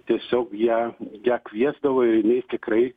tiesiog ją ją kviesdavo ir jinai tikrai